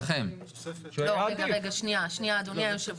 חברים, אני חושב